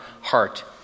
heart